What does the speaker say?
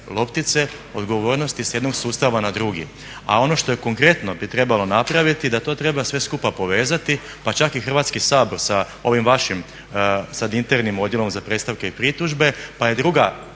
odgovornosti sa jednog sustava na drugi, a ono što je konkretno bi trebalo napraviti je da to treba sve skupa povezati, pa čak i Hrvatski sabor sa ovim vašim sad internim Odjelom za predstavke i pritužbe pa i druga